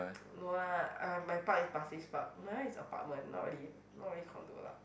no lah uh my park is pasir-ris Park my one is apartment not really not really condo lah